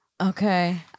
Okay